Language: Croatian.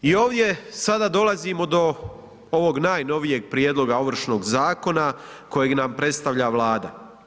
I ovdje sada dolazimo do ovog najnovijeg prijedloga Ovršnog zakona kojeg nam predstavlja Vlada.